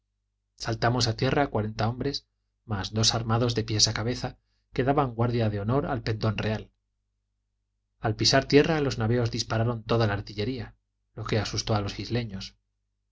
saltamos a tierra cuarenta hombres más dos armados de pies a cabeza que daban guardia de honor al pendón real al pisar tierra los navios dispararon toda la artillería lo que asustó a los isleños